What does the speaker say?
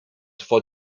for